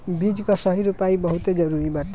बीज कअ सही रोपाई बहुते जरुरी बाटे